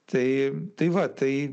tai tai va tai